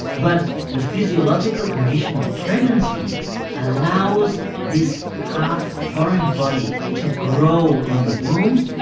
but the physiological condition of pregnancy allows this half-foreign body to grow in the womb,